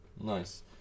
Nice